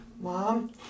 Mom